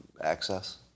access